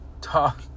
talk